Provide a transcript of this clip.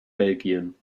belgien